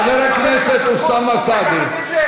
חבר הכנסת אוסאמה סעדי.